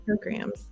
programs